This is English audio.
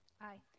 Aye